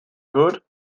good